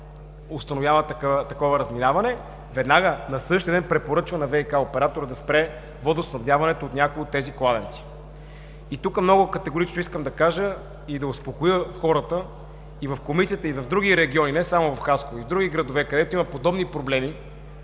установява такова разминаване – веднага, на същия ден препоръчва на ВиК оператора да спре водоснабдяването от някои от тези кладенци. Тук много категорично искам да кажа и да успокоя хората в други региони – не само в Хасково, а и в други градове, където има подобни проблеми,